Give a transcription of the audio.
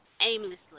aimlessly